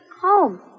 home